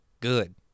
good